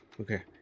okay